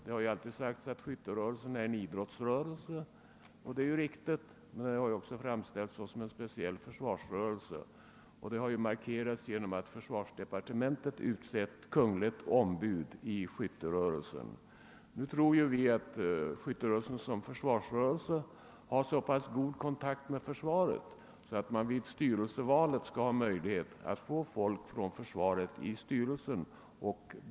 Det har alltid gjorts gällande att skytterörelsen är en idrottsrörelse, och det är också riktigt, men den har även framställts såsom en försvarsrörelse. Detta förhållande har också markerats genom att försvarsdepartementet utsett kungligt ombud i skytterörelsen. Vi tror att skytterörelsen har så pass god kontakt med försvaret att den skall ha mölighet att få in folk från försvaret i sin styrelse.